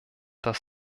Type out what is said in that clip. das